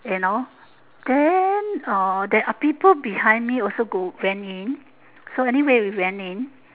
you know then uh there are people behind me also go went in so anyway we went in